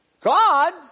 God